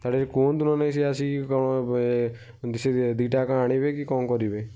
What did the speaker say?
ଆରେ କୁହନ୍ତୁ ନହେଲେ ନାହିଁ ସେ ଦୁଇଟା ଯାକ ଆଣିବେ କି କ'ଣ କରିବେ